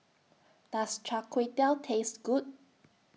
Does Char Kway Teow Taste Good